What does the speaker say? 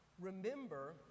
remember